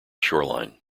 shoreline